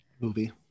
Movie